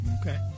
okay